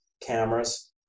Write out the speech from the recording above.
cameras